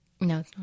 No